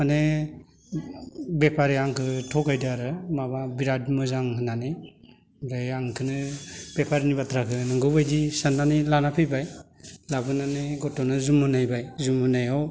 माने बेफारिया आंखौ थगायदों आरो माबा बिराद मोजां होननानै ओमफ्राय आं बेखौनो बेफारिनि बाथ्राखौ नंगौ बायदि साननानै लाना फैबाय लाबोनानै गथ'नो जोमहोनायबाय जोमहोनायाव